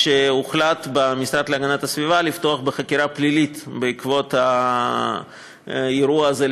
שהוחלט במשרד להגנת הסביבה לפתוח בחקירה פלילית בעקבות האירוע הזה,